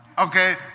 Okay